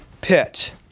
pit